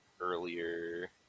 earlier